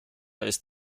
ist